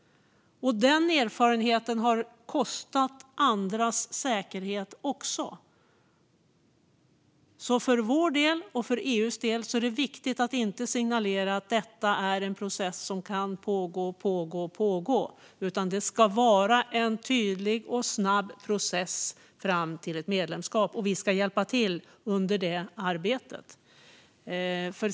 Den erfarenheten har kostat också andras säkerhet. För vår och EU:s del är det viktigt att inte signalera att detta är en process som bara kan pågå och pågå, utan det ska vara en tydlig och snabb process fram till ett medlemskap, och vi ska hjälpa till i det arbetet.